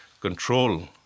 control